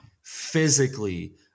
physically